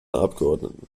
abgeordneten